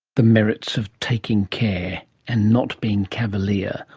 the merits of taking care and not being cavalier,